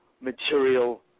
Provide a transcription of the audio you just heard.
material